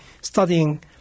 studying